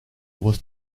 was